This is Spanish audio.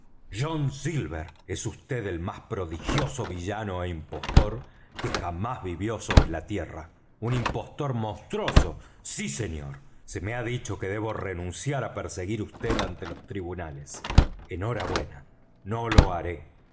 john silver es vd el más prodigioso villano é impostor que jamás vivió sobre la tierra un impostor monstruoso sí señor se me ha dicho que debo renunciar á perseguir á vd ante los tribunales en hora buena no lo haré